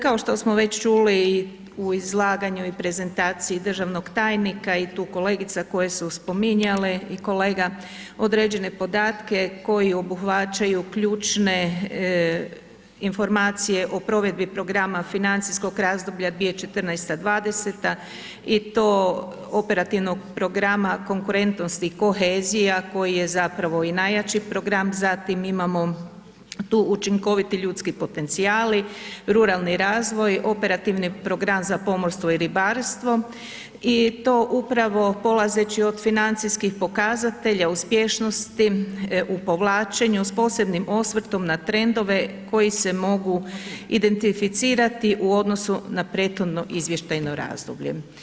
Kao što smo već čuli u izlaganju i prezentaciji državnog tajnika i tu kolegica koje su spominjale i kolega, određene podatke koji obuhvaćaju ključne informacije o provedbi programa financijskog razdoblja 2014.- '20. i to Operativnog programa konkurentnost i kohezija koji je zapravo i najjači program, zatim imamo tu učinkoviti ljudski potencijali, ruralni razvoj, Operativni program za pomorstvo i ribarstvo i to upravo polazeći od financijskih pokazatelja uspješnosti u povlačenju s posebnim osvrtom na trendove koji se mogu identificirati u odnosu na prethodno izvještajno razdoblje.